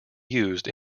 used